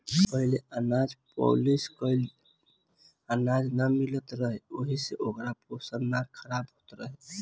पहिले अनाज पॉलिश कइल अनाज ना मिलत रहे ओहि से ओकर पोषण ना खराब होत रहे